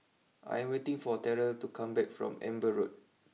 I am waiting for Terell to come back from Amber Road